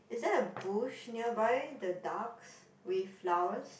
is there a bush nearby the ducks with flowers